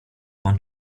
pan